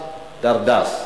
"מרבד דרדס".